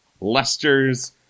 Lester's